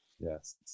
Yes